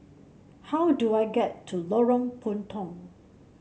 how do I get to Lorong Puntong